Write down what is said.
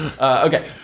Okay